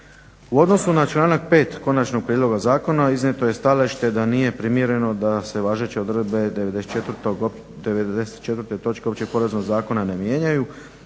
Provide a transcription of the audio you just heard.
U odnosu na članak 5. Konačnog prijedloga zakona iznijeto je stajalište da nije primjereno da se važeće odredbe 94. točke Općeg poreznog zakona ne mijenjaju,